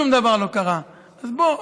שום דבר לא קרה, אז בוא.